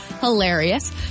Hilarious